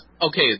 Okay